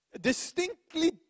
Distinctly